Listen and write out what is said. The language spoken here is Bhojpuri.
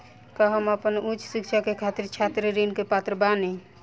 का हम आपन उच्च शिक्षा के खातिर छात्र ऋण के पात्र बानी?